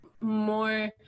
more